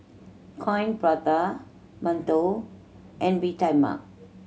Coin Prata mantou and Bee Tai Mak